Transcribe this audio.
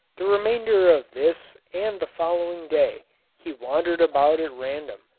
the remainder of this and the following day he wandered about at random,